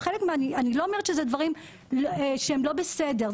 אני לא אומרת שאלה דברים שהם לא בסדר.